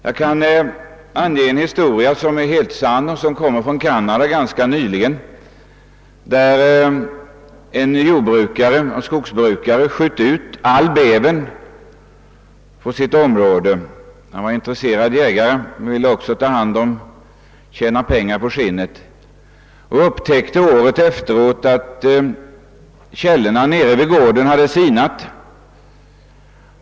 Jag kan för att belysa detta berätta en historia som är helt sann och kommer från Canada. En skogsbrukare sköt ut all bäver på sitt område. Han var intresserad jägare, och han ville också tjäna pengar på skinnet. året efteråt upptäckte han att källorna nere vid gården hade sinat.